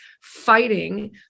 fighting